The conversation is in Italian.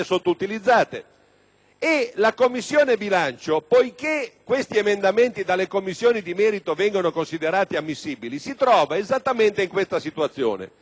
la Commissione bilancio, poiché questi emendamenti dalle Commissioni di merito vengono considerati ammissibili, si trova nella seguente situazione: